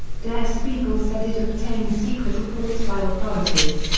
der spiegel said it obtained secret reports by authorities,